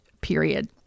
period